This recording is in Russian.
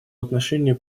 отношении